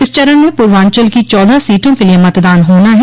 इस चरण में पूर्वांचल की चौदह सीटों के लिये मतदान होना है